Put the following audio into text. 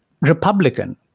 Republican